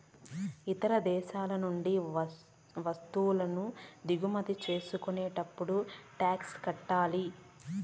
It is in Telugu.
ఇతర దేశాల నుండి వత్తువులను దిగుమతి చేసుకునేటప్పుడు టాక్స్ కట్టాలి